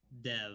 dev